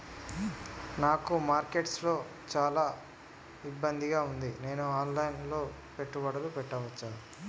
నాకు మార్కెట్స్ లో చాలా ఇబ్బందిగా ఉంది, నేను ఆన్ లైన్ లో పెట్టుబడులు పెట్టవచ్చా?